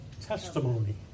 Testimony